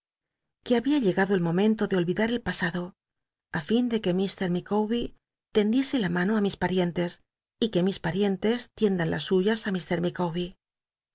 ue babia llegado el momento de olvidar el pasado ü lln de que ir llicawber tendiese la mano mis arientes y que mis padentes tiendan las suyas